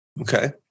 Okay